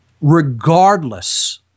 Regardless